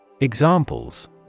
Examples